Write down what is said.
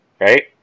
right